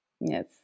yes